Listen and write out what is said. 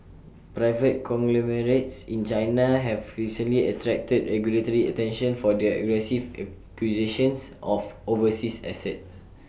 private conglomerates in China have recently attracted regulatory attention for their aggressive acquisitions of overseas assets